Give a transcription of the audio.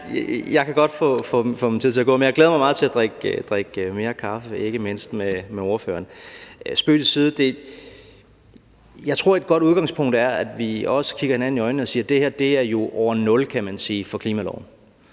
jeg kan godt få min tid til at gå, men jeg glæder mig meget til at drikke mere kaffe, ikke mindst med ordføreren. Men spøg til side. Jeg tror, at et godt udgangspunkt er, at vi kigger hinanden i øjnene og siger, at det her jo er år 0 for klimaloven.